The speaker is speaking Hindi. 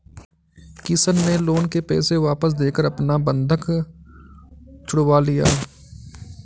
किशन ने लोन के पैसे वापस देकर अपना बंधक छुड़वा लिया